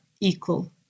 equal